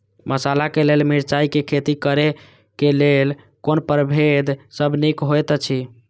मसाला के लेल मिरचाई के खेती करे क लेल कोन परभेद सब निक होयत अछि?